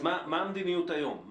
מה המדיניות היום?